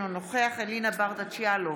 אינו נוכח אלינה ברדץ' יאלוב,